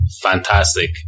Fantastic